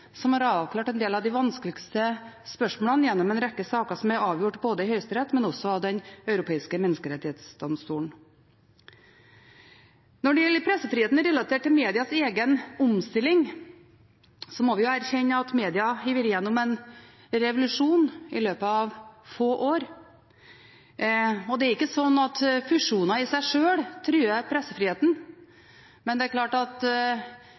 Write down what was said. som har avklart en del av de vanskeligste spørsmålene gjennom en rekke saker som er avgjort både i Høyesterett og også av Den europeiske menneskerettsdomstolen. Når det gjelder pressefriheten relatert til medias egen omstilling, må vi erkjenne at media har vært gjennom en revolusjon i løpet av få år. Det er ikke sånn at fusjoner i seg sjøl truer pressefriheten, men det er klart at